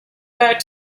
back